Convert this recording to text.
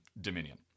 Dominion